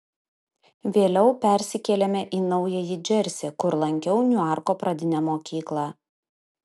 vėliau persikėlėme į naująjį džersį kur lankiau niuarko pradinę mokyklą